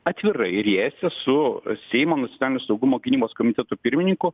atvirai riejasi su seimo nacionalinio saugumo gynybos komiteto pirmininku